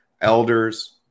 elders